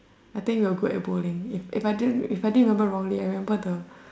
I think we were good at bowling if I didn't if I didn't remember wrongly I remember the